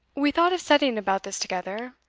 we thought of setting about this together.